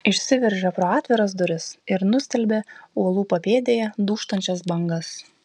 išsiveržė pro atviras duris ir nustelbė uolų papėdėje dūžtančias bangas